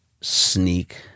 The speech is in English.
sneak